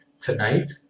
Tonight